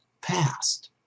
past